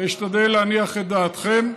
ואשתדל להניח את דעתכם.